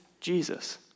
Jesus